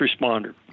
responder